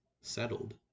settled